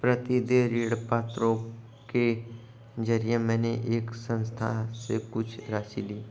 प्रतिदेय ऋणपत्रों के जरिये मैंने एक संस्था से कुछ राशि ली